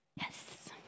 Yes